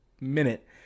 minute